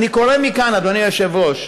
אדוני היושב-ראש,